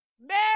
man